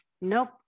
nope